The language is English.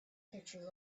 pictures